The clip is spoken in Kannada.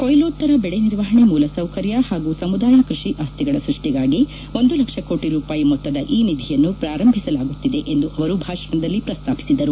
ಕೊಯ್ಲೋತ್ತರ ಬೆಳೆ ನಿರ್ವಹಣೆ ಮೂಲಸೌಕರ್ಯ ಹಾಗೂ ಸಮುದಾಯ ಕೃಷಿ ಆಸ್ತಿಗಳ ಸೃಷ್ಟಿಗಾಗಿ ಒಂದು ಲಕ್ಷ ಕೋಟ ರೂಪಾಯಿ ಮೊತ್ತದ ಈ ನಿಧಿಯನ್ನು ಪ್ರಾರಂಭಿಸಲಾಗುತ್ತಿದೆ ಎಂದು ಅವರು ಭಾಷಣದಲ್ಲಿ ಪ್ರಸ್ತಾಪಿಸಿದರು